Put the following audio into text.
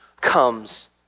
comes